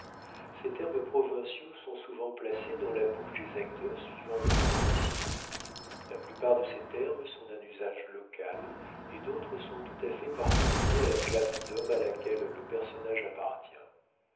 ces termes provinciaux sont souvent placés dans la bouche des acteurs suivant leur condition la plupart de ces termes sont d'un usage local et d'autres sont tout à fait particuliers à la classe d'hommes à laquelle le personnage appartient